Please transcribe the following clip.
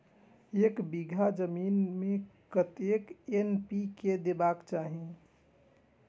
एक बिघा जमीन में कतेक एन.पी.के देबाक चाही?